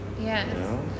yes